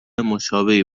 مشابهی